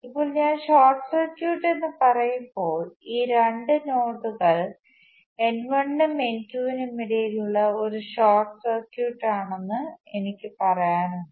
ഇപ്പോൾ ഞാൻ short circuit എന്ന് പറയുമ്പോൾ ഈ രണ്ട് നോഡുകൾ n1 നും n2 നും ഇടയിലുള്ള ഒരു ഷോർട്ട് സർക്യൂട്ടാണെന്ന് എനിക്ക് പറയാനുണ്ട്